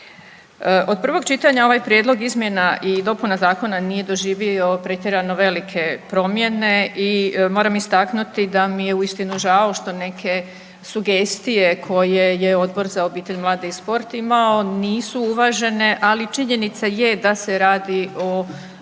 Od prvog čitanja ovaj prijedlog izmjena i dopuna zakona nije doživio pretjerano velike promjene i moram istaknuti da mi je uistinu žao što neke sugestije koje je Odbor za obitelj, mlade i sport imao nisu uvažene, ali činjenica je da se radi o